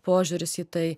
požiūris į tai